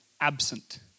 absent